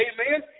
Amen